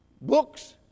books